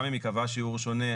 גם אם ייקבע שיעור שונה,